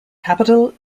capital